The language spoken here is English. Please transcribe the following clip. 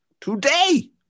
today